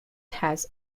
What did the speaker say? has